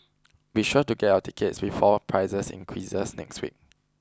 be sure to get your tickets before prices increase next week